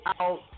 out